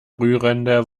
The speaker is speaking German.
rührende